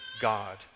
God